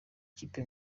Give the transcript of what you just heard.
ikipe